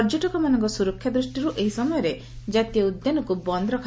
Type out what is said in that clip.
ପର୍ଯ୍ୟଟକମାନଙ୍କ ସୁରକ୍ଷା ଦୃଷ୍ଟିରୁ ଏହି ସମୟରେ ଜାତୀୟ ଉଦ୍ୟାନକୁ ବନ୍ଦ ରଖାଯାଇଥାଏ